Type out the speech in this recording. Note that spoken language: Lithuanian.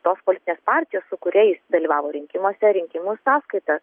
tos politinės partijos su kuria jis dalyvavo rinkimuose rinkimų sąskaita